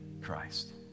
Christ